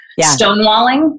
stonewalling